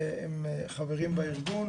הם חברים בארגון.